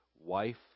wife